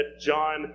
John